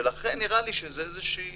ולכן נראה לי שזה איזושהי